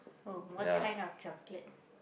oh what kind of chocolate